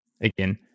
again